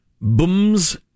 booms